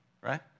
Right